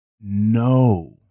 No